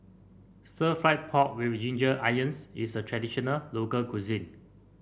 stir fry pork with Ginger Onions is a traditional local cuisine